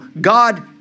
God